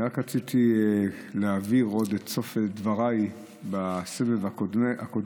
אני רק רציתי להבהיר עוד את סוף דבריי בסבב הקודם,